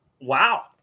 Wow